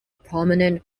prominent